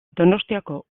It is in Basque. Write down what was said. donostiako